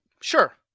Sure